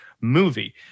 movie